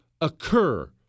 Occur